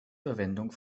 verwendung